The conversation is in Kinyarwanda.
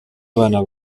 abana